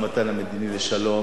לא צריך את השופט אדמונד לוי,